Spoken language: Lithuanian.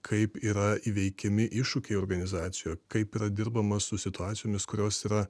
kaip yra įveikiami iššūkiai organizacijoje kaip yra dirbama su situacijomis kurios yra